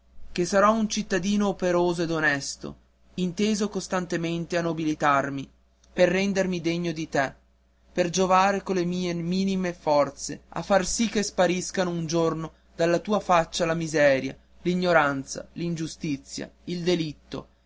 che sarò un cittadino operoso ed onesto inteso costantemente a nobilitarmi per rendermi degno di te per giovare con le mie minime forze a far sì che spariscano un giorno dalla tua faccia la miseria l'ignoranza l'ingiustizia il delitto